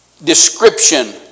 Description